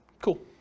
Cool